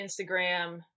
Instagram